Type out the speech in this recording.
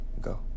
go